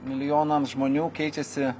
milijonams žmonių keičiasi